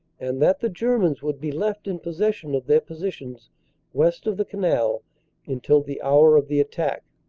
and that the germans would be left in possession of their positions west of the canal until the hour of the attack.